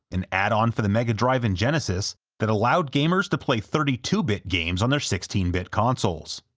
an add-on for the mega drive and genesis that allowed gamers to play thirty two bit games on their sixteen bit consoles.